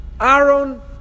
Aaron